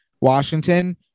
Washington